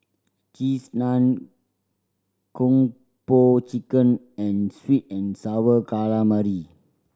Cheese Naan Kung Po Chicken and sweet and Sour Calamari